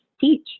teach